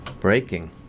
Breaking